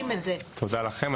תודה לכם,